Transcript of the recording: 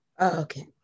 Okay